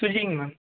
சுஜிங்க ma'am